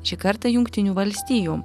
šį kartą jungtinių valstijų